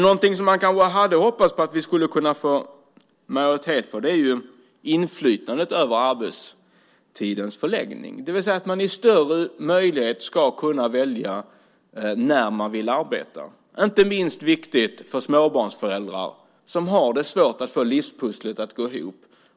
Något som man kanske hade hoppats på att vi skulle kunna få en majoritet för är inflytande över arbetstidens förläggning, det vill säga att man i större utsträckning ska kunna välja när man vill arbeta. Det är inte minst viktigt för småbarnsföräldrar som har svårt att få livspusslet att gå ihop.